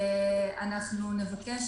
אנחנו נבקש